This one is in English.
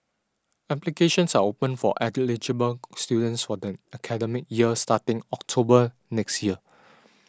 applications are open for students for the academic year starting October next year